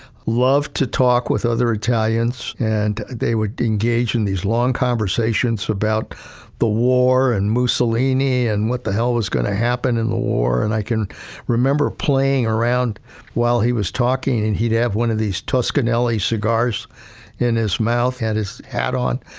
loved to talk with other italians, and they would engage in these long conversations about the war and mussolini and what the hell was going to happen in the war. and i can remember playing around while he was talking and he'd have one of these tuscan la cigars in his mouth, had his hat on,